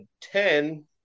ten